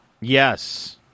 Yes